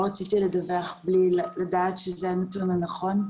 לא רציתי לדווח בלי לדעת שזה הנתון הנכון.